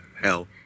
hell